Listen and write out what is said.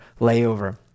layover